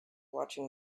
watching